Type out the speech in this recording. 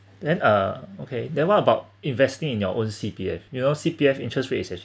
then uh okay then what about investing in your own C_P_F you know C_P_F interest rates is act~